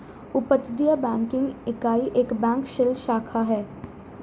अपतटीय बैंकिंग इकाई एक बैंक शेल शाखा है